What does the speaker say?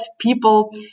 people